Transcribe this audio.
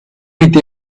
with